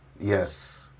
Yes